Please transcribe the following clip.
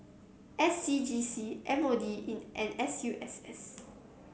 S C G C M O D and S U S S